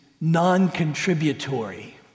non-contributory